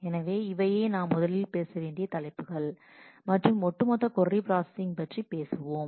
எனவே இவையே நாம் முதலில் பேச வேண்டிய தலைப்புகள் மற்றும் ஒட்டுமொத்த கொர்ரி பிராஸஸிங் அல்கோரிதம் பற்றி பார்ப்போம்